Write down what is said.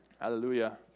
Hallelujah